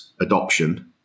adoption